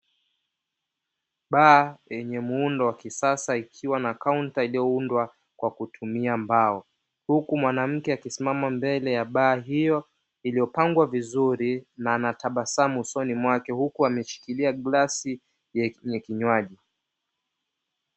Baa yenye muundo wa kisasa ikiwa na kaunta iliyoundwa kwa kutumia mbao, huku mwanamke akisimama mbele ya baa hiyo, iliyopangwa vizuri na ana tabasamu usoni mwake, huku ameshikilia glasi yenye kinywaji.